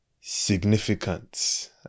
significant